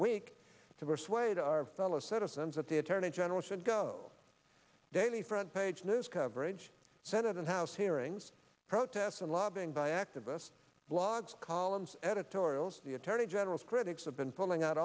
week to persuade our fellow said sense that the attorney general should go daily front page news coverage senate and house hearings protests and lobbying by activists blogs columns editorials the attorney general's critics have been pulling out